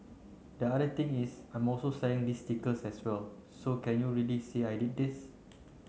the other thing is I'm also selling these stickers as well so can you really say I did these